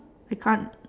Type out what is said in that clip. I can't